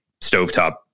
stovetop